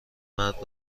مرد